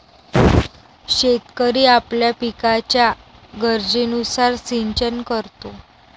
शेतकरी आपल्या पिकाच्या गरजेनुसार सिंचन करतो